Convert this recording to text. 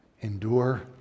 endure